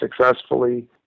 successfully